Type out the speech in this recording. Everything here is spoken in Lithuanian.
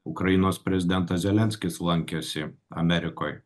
ukrainos prezidentas zelenskis lankėsi amerikoj